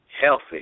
healthy